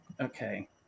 Okay